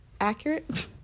Accurate